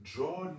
Draw